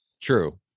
True